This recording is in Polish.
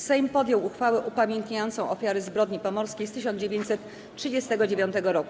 Sejm podjął uchwałę upamiętniającą ofiary zbrodni pomorskiej z 1939 r.